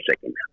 second